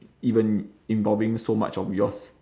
even involving so much of yours